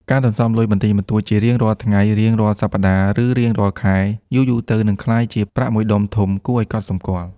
ការសន្សំលុយបន្តិចបន្តួចជារៀងរាល់ថ្ងៃ រៀងរាល់សប្តាហ៍ ឬរៀងរាល់ខែ យូរៗទៅនឹងក្លាយជា ប្រាក់មួយដុំធំគួរឱ្យកត់សម្គាល់។